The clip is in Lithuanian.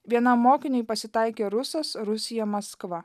vienam mokiniui pasitaikė rusas rusija maskva